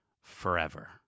forever